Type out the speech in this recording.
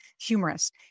humorous